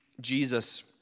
Jesus